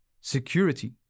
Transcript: security